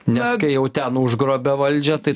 nes kai jau ten užgrobia valdžią tai